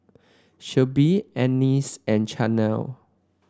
Shelby Anais and Chanelle